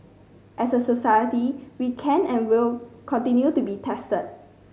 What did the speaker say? as a society we can and will continue to be tested